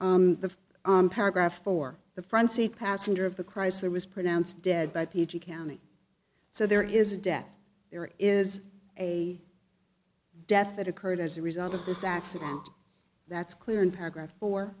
said the paragraph for the front seat passenger of the chrysler was pronounced dead by p g county so there is a death there is a death that occurred as a result of this accident that's clear in paragraph four